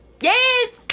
Yes